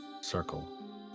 circle